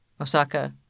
Osaka